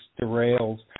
derails